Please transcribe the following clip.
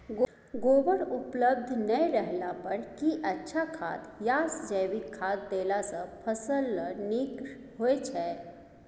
गोबर उपलब्ध नय रहला पर की अच्छा खाद याषजैविक खाद देला सॅ फस ल नीक होय छै?